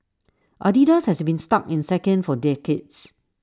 Adidas has been stuck in second for decades